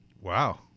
Wow